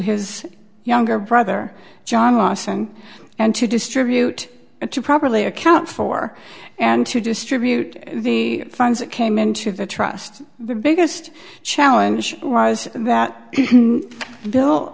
his younger brother john lawson and to distribute it to properly account for and to distribute the funds that came into the trust the biggest challenge was that bill